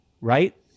right